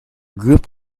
group